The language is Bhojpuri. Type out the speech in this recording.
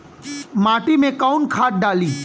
माटी में कोउन खाद डाली?